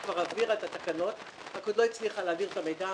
היא כבר העבירה את התקנות רק עוד לא הצליחה להעביר את המידע,